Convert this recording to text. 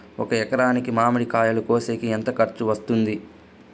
ఒక ఎకరాకి మామిడి కాయలు కోసేకి ఎంత ఖర్చు వస్తుంది?